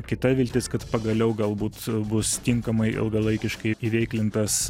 kita viltis kad pagaliau galbūt bus tinkamai ilgalaikiškai įveiklintas